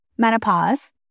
menopause